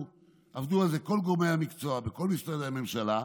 עבדו על זה כל גורמי המקצוע וכל משרדי הממשלה,